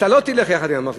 אתה לא תלך עם המחלוקת,